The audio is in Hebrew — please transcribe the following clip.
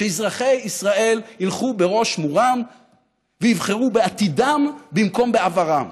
שאזרחי ישראל ילכו בראש מורם ויבחרו בעתידם במקום בעברם.